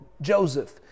Joseph